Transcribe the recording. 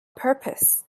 purpose